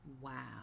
Wow